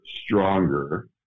stronger